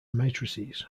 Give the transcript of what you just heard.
matrices